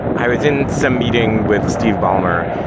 i was in some meeting with steve ballmer,